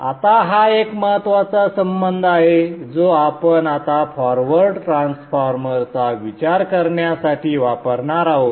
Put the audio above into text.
आता हा एक महत्त्वाचा संबंध आहे जो आपण आता फॉरवर्ड ट्रान्सफॉर्मरचा विचार करण्यासाठी वापरणार आहोत